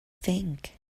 think